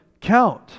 count